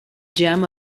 gem